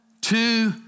two